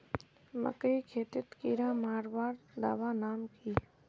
मकई खेतीत कीड़ा मारवार दवा नाम की?